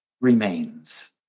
remains